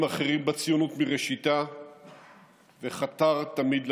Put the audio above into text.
אחרים בציונות מראשיתה וחתר תמיד לפסגה,